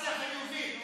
קורלציה חיובית.